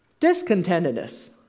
discontentedness